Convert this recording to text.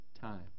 time